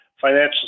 financial